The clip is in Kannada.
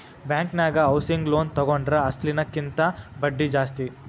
ಬ್ಯಾಂಕನ್ಯಾಗ ಹೌಸಿಂಗ್ ಲೋನ್ ತಗೊಂಡ್ರ ಅಸ್ಲಿನ ಕಿಂತಾ ಬಡ್ದಿ ಜಾಸ್ತಿ